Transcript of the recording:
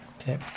Okay